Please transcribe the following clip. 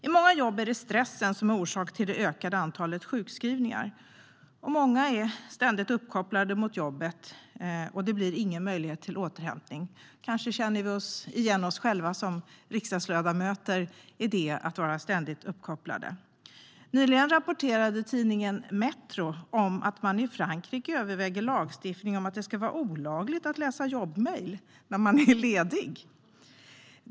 I många jobb är det stressen som är orsak till det ökade antalet sjukskrivningar. Många är ständigt uppkopplade mot jobbet, och det blir ingen möjlighet till återhämtning. Kanske känner vi riksdagsledamöter igen oss själva i detta att vara ständigt uppkopplade. Nyligen rapporterade tidningen Metro att man i Frankrike överväger lagstiftning om att det ska vara olagligt att läsa jobbmejl när man är ledig.